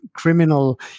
criminal